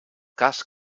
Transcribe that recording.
cas